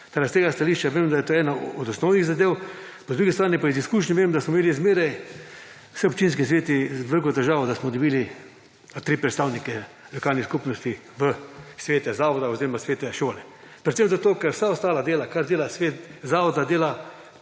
da, iz tega stališča vem, da je to ena od osnovnih zadev. Po drugi strani pa iz izkušenj vem, da smo imeli vedno vsi občinski sveti veliko težavo, da smo dobili tri predstavnike lokalnih skupnosti v Svete zavoda oziroma Svete šole, predvsem zato, ker vsa ostala, kar dela Svet zavoda dela